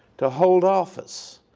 to hold office,